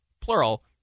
Plural